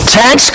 tax